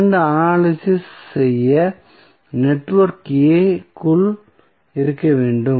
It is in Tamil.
இரண்டும் அனலிசிஸ் செய்ய நெட்வொர்க் A க்குள் இருக்க வேண்டும்